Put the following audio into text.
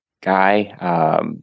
guy